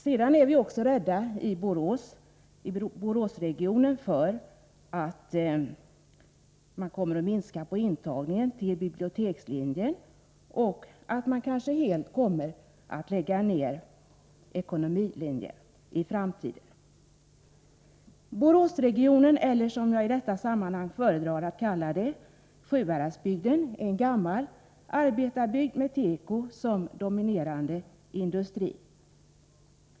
Vi är också i Boråsregionen rädda för att man kommer att minska intagningen till bibliotekslinjen och att man kanske helt lägger ner ekonomlinjen i framtiden. Boråsregionen — eller, som jag i detta sammanhang föredrar att kalla det, Sjuhäradsbygden — är en gammal arbetarbygd med teko som dominerande industri.